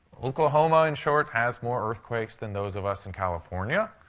oklahoma, in short, has more earthquakes than those of us in california.